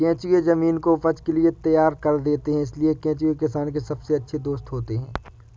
केंचुए जमीन को उपज के लिए तैयार कर देते हैं इसलिए केंचुए किसान के सबसे अच्छे दोस्त होते हैं